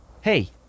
hey